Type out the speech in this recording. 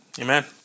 Amen